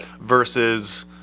versus –